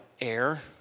air